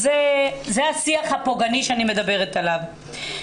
זה השיח הפוגעני שאני מדברת עליו.